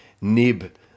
nib